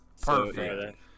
perfect